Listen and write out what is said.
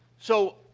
so,